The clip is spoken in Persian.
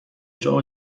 جام